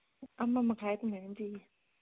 ꯑꯃ ꯃꯈꯥꯏ ꯑꯗꯨꯃꯥꯏꯅ ꯄꯤꯌꯦ